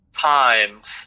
times